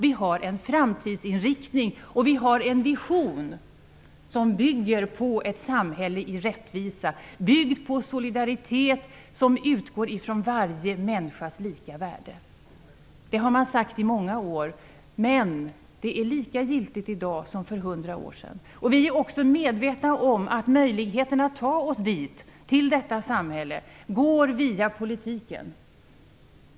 Vi har en framtidsinriktning och en vision om ett samhälle i rättvisa, byggt på en solidaritet som utgår ifrån varje människas lika värde. Detta har man sagt i många år, men det är lika giltigt i dag som för hundra år sedan. Vi är också medvetna om att möjligheterna att ta oss till detta samhälle finns i politiken.